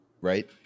right